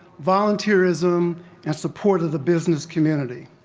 volunteerism and support of the business community.